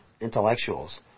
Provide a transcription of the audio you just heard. intellectuals